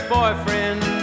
boyfriend